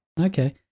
Okay